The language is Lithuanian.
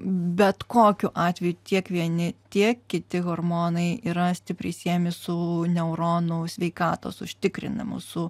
bet kokiu atveju tiek vieni tiek kiti hormonai yra stipriai siejami su neuronų sveikatos užtikrinimu su